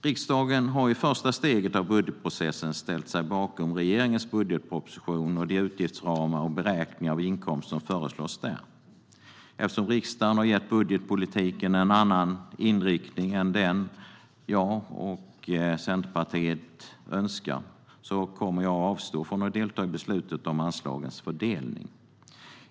Riksdagen har i första steget av budgetprocessen ställt sig bakom regeringens budgetproposition och de utgiftsramar och beräkningar av inkomster som där föreslås. Eftersom riksdagen har gett budgetpolitiken en annan inriktning än den som jag och Centerpartiet önskar kommer jag att avstå från att delta i beslutet om anslagens fördelning.